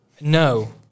No